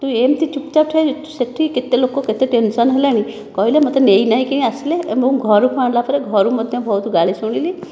ତୁ ଏମିତି ଚୁପ ଚାପ ଠିଆ ହୋଇଛୁ ସେଇଠି କେତେ ଲୋକ କେତେ ଟେନ୍ସନ ହେଲେଣି କହିଲେ ମୋତେ ନେଇ ନାହିଁ କେହି ଆସିଲେ ମୁଁ ଘରକୁ ଆଣିଲା ପରେ ଘରୁ ମଧ୍ୟ ବହୁତ ଗାଳି ଶୁଣିଲି